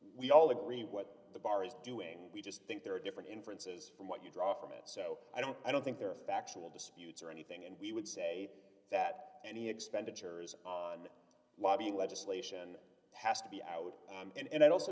we all agree what the bar is doing we just think there are different inferences from what you draw from it so i don't i don't think there are factual disputes or anything and we would say that any expenditure is on lobbying legislation has to be out and i also